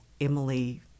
Emily